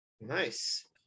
Nice